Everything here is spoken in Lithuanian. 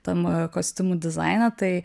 tam kostiumų dizaine tai